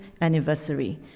anniversary